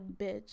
bitch